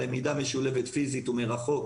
למידה משולבת פיזית ומרחוק,